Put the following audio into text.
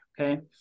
okay